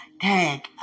Tag